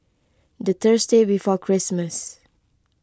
the Thursday before Christmas